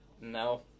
no